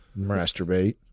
masturbate